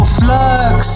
flux